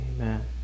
Amen